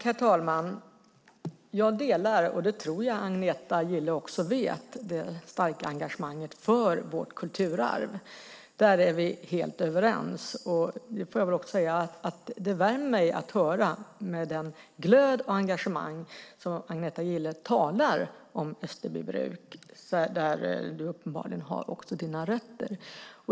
Herr talman! Jag tror att Agneta Gille vet att jag delar det starka engagemanget för vårt kulturarv. Där är vi helt överens. Det värmer mig att höra med vilken glöd och engagemang som Agneta Gille talar om Österbybruk, där du uppenbarligen också har dina rötter.